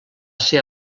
ser